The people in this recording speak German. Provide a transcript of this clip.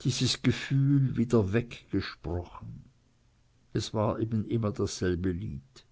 dieses gefühl wieder weggesprochen es war eben immer dasselbe lied